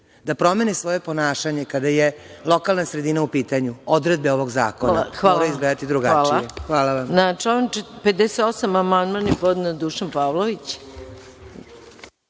da promene svoje ponašanje kada je lokalna sredina u pitanju, odredbe ovog zakona moraju izgledati